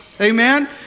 Amen